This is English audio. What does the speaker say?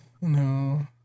No